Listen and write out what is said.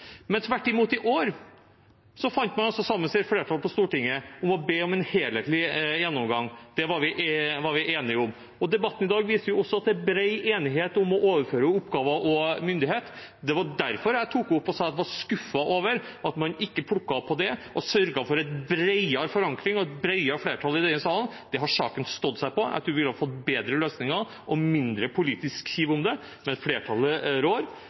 Men i år fant man tvert imot sammen i et flertall på Stortinget om å be om en helhetlig gjennomgang. Det var vi enige om. Debatten i dag viser også at det er bred enighet om å overføre oppgaver og myndighet. Det var derfor jeg tok det opp og sa at jeg var skuffet over at man ikke plukket opp det og sørget for en bredere forankring og et bredere flertall i denne salen. Det hadde saken stått seg på. Jeg tror vi ville fått bedre løsninger og mindre politisk kiv om det. Men flertallet rår.